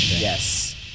yes